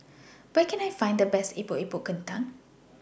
Where Can I Find The Best Epok Epok Kentang